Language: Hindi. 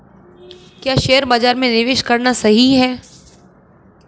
क्या शेयर बाज़ार में निवेश करना सही है?